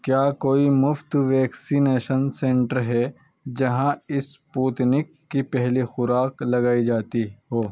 کیا کوئی مفت ویکسینیشن سنٹر ہے جہاں اسپوتنک کی پہلی خوراک لگائی جاتی ہو